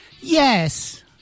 Yes